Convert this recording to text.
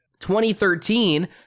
2013